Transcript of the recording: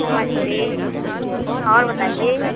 नमस्ते और बताइए